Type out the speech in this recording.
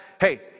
hey